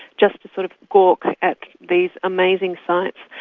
just to sort of gawk at these amazing sights.